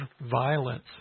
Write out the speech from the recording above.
violence